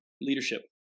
leadership